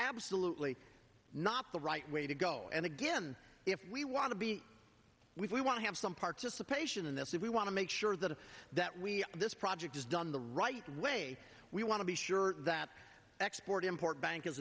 absolutely not the right way to go and again if we want to be we want to have some participation in this if we want to make sure that that we this project is done the right way we want to be sure that export import bank is